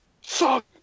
Suck